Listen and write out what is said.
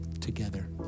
together